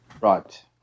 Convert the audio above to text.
Right